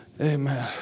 Amen